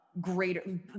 greater